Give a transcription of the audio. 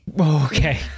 Okay